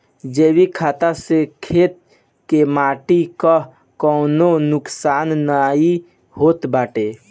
जैविक खाद से खेत के माटी कअ कवनो नुकसान नाइ होत बाटे